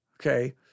Okay